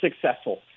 successful